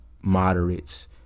moderates